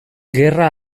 gerra